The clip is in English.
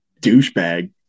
douchebag